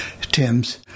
Tim's